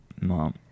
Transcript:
Mom